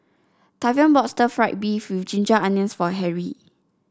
Tavion bought Stir Fried Beef with Ginger Onions for Harry